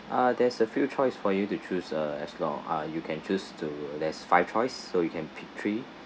uh there's a few choice for you to choose uh as long uh you can choose to there's five choice so you can pick three